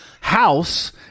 house